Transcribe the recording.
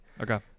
okay